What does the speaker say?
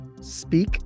Speak